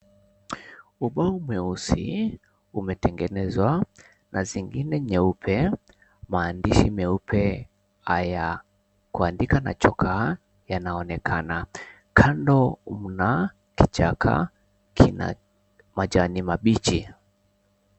Ubao mweusi umetengenezwa na zingine nyeupe, maandishi meupe haya kuandika na choka yanaonekana. Kando mna kichaka kina majani mabichi.